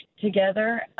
together